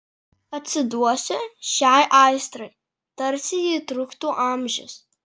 atsiduosiu šiai aistrai tarsi ji truktų amžius